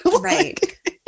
Right